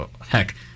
Heck